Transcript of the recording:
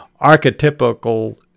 Archetypical